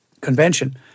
Convention